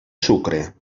sucre